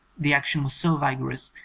the action was so vigorous,